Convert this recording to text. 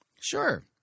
sure